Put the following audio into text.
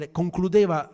concludeva